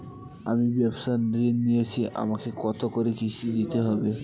আমি ব্যবসার ঋণ নিয়েছি আমাকে কত করে কিস্তি দিতে হবে?